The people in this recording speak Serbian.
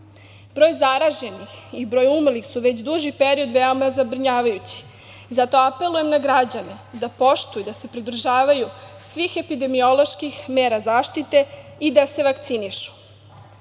zaraženih i broj umrlih su već duži period veoma zabrinjavajući. Zato apelujem na građane da poštuju, da se pridržavaju svih epidemioloških mera zaštite i da se vakcinišu.U